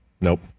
Nope